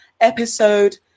episode